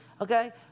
okay